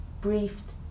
briefed